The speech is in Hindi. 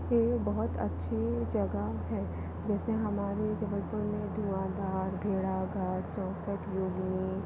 बहुत अच्छी जगह है जैसे हमारे जबलपुर में धुआंधार भेड़ाघाट चौसठ योगिनी